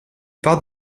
part